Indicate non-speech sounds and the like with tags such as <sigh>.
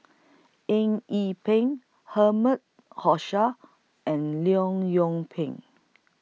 Eng Yee Peng Herman <unintelligible> and Leong Yoon Pin